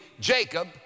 Jacob